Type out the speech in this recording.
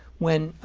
when